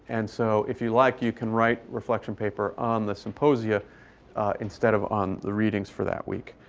and so if you like, you can write reflection paper on the symposia instead of on the readings for that week,